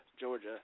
Georgia